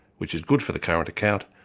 which is good for the current account,